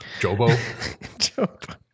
Jobo